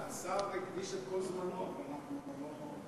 השר הקדיש את כל זמנו, ואנחנו לא,